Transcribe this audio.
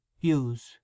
Use